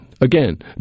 Again